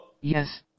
Yes